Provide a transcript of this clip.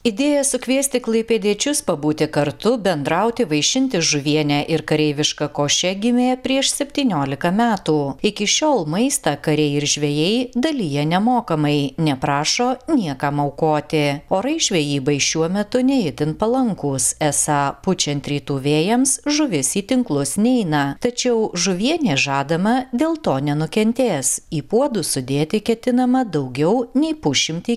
idėja sukviesti klaipėdiečius pabūti kartu bendrauti vaišinti žuviene ir kareiviška koše gimė prieš septyniolika metų iki šiol maistą kariai ir žvejai dalija nemokamai neprašo niekam aukoti orai žvejybai šiuo metu ne itin palankūs esą pučiant rytų vėjams žuvis į tinklus neina tačiau žuvienė žadama dėl to nenukentės į puodus sudėti ketinama daugiau nei pusšimtį